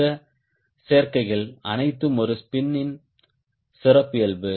இந்த சேர்க்கைகள் அனைத்தும் ஒரு ஸ்பின்யின் சிறப்பியல்பு